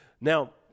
now